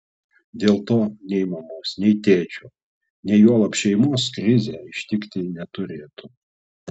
dėl to nei mamos nei tėčio nei juolab šeimos krizė ištikti neturėtų